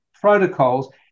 protocols